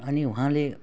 अनि उहाँले